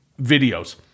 videos